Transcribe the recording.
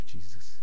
Jesus